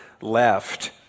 left